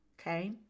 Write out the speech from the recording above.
Okay